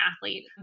athlete